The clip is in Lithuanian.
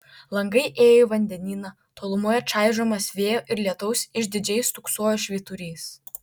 langai ėjo į vandenyną tolumoje čaižomas vėjo ir lietaus išdidžiai stūksojo švyturys